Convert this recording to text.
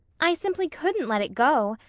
i simply couldn't let it go.